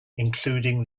including